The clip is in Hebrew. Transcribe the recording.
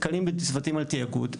כל כמה זמן, אנחנו נתקלים בצוותים לתיאגוד.